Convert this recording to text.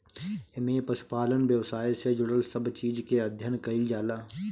एमे पशुपालन व्यवसाय से जुड़ल सब चीज के अध्ययन कईल जाला